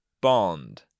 Bond